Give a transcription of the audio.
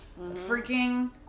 freaking